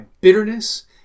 bitterness